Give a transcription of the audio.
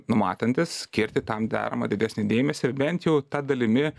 numatantis skirti tam deramą didesnį dėmesį ir bent jau ta dalimi